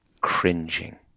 Cringing